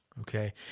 Okay